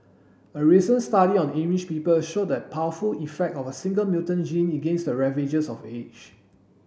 a recent study on Amish people showed that powerful effect of a single mutant gene against the ravages of age